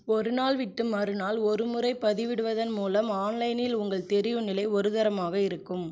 ஒரு நாள் விட்டு மறுநாள் ஒரு முறை பதிவிடுவதன் மூலம் ஆன்லைனில் உங்கள் தெரிவுநிலை ஒருதரமாக இருக்கும்